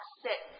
sit